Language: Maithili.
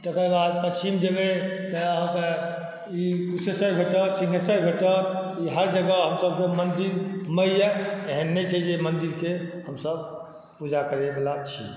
तकर बाद पच्छिम जेबै तऽ अहाँके ई कुशेश्वर भेटत सिन्घेश्वर भेटत हर जगह हमसब मन्दिरमय अइ एहन नहि छै जे मन्दिरके हमसब पूजा करैवला छी